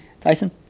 Tyson